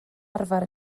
arfer